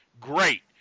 Great